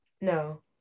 no